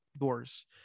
doors